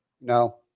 no